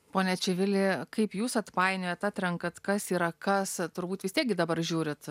pone čivili kaip jūs atpainiojat atrenkat kas yra kas turbūt vis tiek gi dabar žiūrit